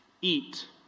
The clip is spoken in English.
eat